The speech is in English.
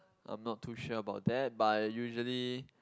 I'm not too sure about that but usually